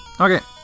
Okay